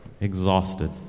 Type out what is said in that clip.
Exhausted